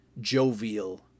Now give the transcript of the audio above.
jovial